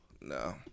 no